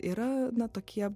yra na tokie